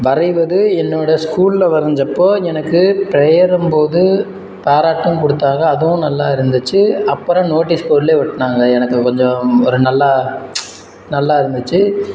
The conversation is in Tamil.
வரைவது என்னோடய ஸ்கூலில் வரைஞ்சப்போ எனக்கு பிரேயரின் போது பாராட்டும் கொடுத்தாங்க அதுவும் நல்லா இருந்துச்சு அப்புபறம் நோட்டீஸ் போர்டில் ஒட்டினாங்க எனக்கு கொஞ்சம் ஒரு நல்லா நல்லா இருந்துச்சு